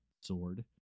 sword